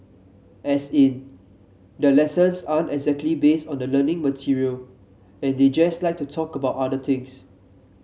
as in their lessons aren't exactly based on the learning material and they just like to talk about other things